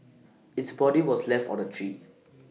its body was left on A tree